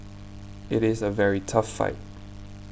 it is a very tough fight